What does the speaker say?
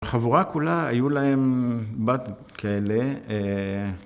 החבורה כולה, היו להם בד כאלה.